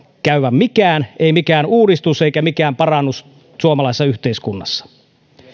käyvän mikään uudistus eikä mikään parannus suomalaisessa yhteiskunnassa älyllisesti